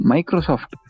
Microsoft